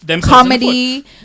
comedy